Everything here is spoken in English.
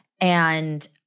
and-